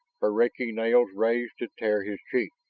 her raking nails raised to tear his cheek.